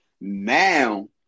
Now